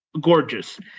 Gorgeous